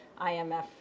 IMF